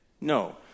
No